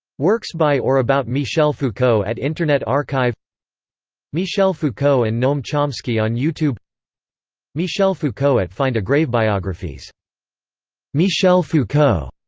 works by or about michel foucault at internet archive michel foucault and noam chomsky on youtube michel foucault at find a gravebiographies michel foucault.